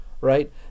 right